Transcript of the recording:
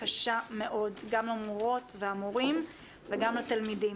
קשה מאוד גם למורות ולמורים וגם לתלמידים.